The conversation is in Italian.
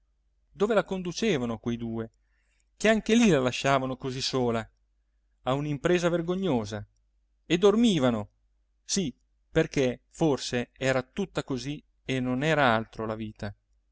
dove la conducevano quei due che anche lì la lasciavano così sola a un'impresa vergognosa e dormivano sì perché forse era tutta così e non era altro la vita